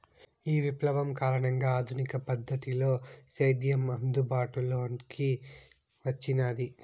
ఈ విప్లవం కారణంగా ఆధునిక పద్ధతిలో సేద్యం అందుబాటులోకి వచ్చినాది